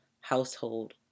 household